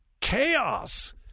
chaos